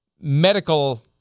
medical